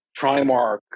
Trimark